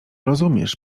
rozumiesz